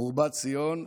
חורבת ציון.